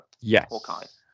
yes